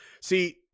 See